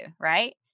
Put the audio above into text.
right